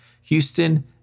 Houston